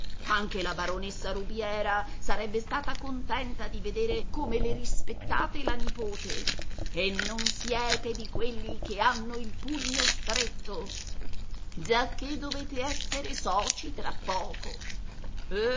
anche la baronessa rubiera sarebbe stata contenta di vedere come le rispettate la nipote che non siete di quelli che hanno il pugno stretto giacché dovete esser soci fra poco